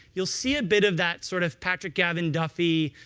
you'll see a bit of that sort of patrick gavin duffy,